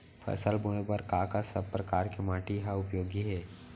फसल बोए बर का सब परकार के माटी हा उपयोगी हे?